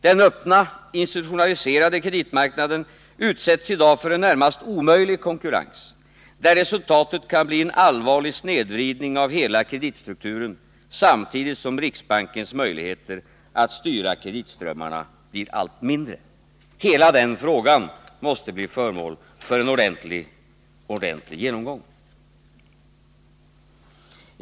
Den öppna, institutionaliserade kreditmarknaden utsätts i dag för en närmast omöjlig konkurrens, där resultatet kan bli en allvarlig snedvridning av hela kreditstrukturen, samtidigt som riksbankens möjligheter att styra kreditströmmarna blir allt mindre. Hela den frågan måste bli föremål för en ordentlig genomgång.